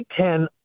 Ten